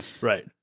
Right